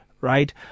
right